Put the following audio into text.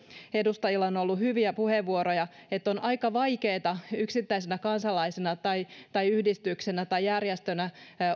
edustajilla on ollut hyviä puheenvuoroja siitä on aika vaikeata yksittäisenä kansalaisena tai tai yhdistyksenä tai järjestönä